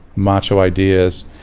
macho ideas,